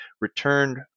returned